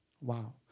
Wow